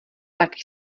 tak